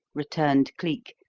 returned cleek,